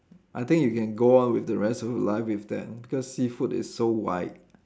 I think you can go on with the rest of your life with that because seafood is so wide